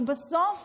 כי בסוף